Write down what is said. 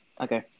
Okay